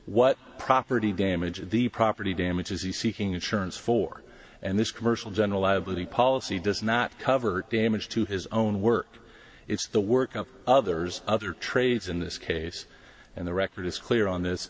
what property damage the property damages the seeking insurance for and this commercial general policy does not cover damage to his own work it's the work of others other trades in this case and the record is clear on this